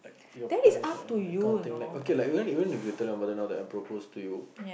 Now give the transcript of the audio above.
your parents were young that kind of thing like okay like even even if you tell your mother now that I propose to you